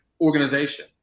organization